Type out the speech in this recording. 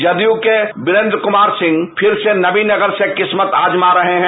जदयू के चीरेंद्र कुमार सिंह फिर से नबीनगर से किस्मत आजमा रहे है